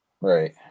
Right